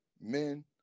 men